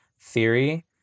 theory